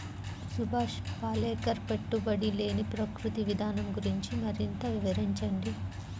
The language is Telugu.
సుభాష్ పాలేకర్ పెట్టుబడి లేని ప్రకృతి విధానం గురించి మరింత వివరించండి